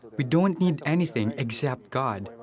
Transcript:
we donit need anything except god.